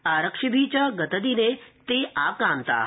आरक्षिभि च गतदिने ते आक्रान्ता